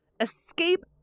escape